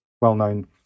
well-known